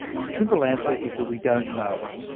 the simple answer is that we don't know.